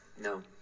No